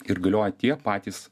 ir galioja tie patys